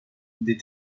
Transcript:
des